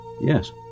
Yes